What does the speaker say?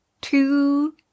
two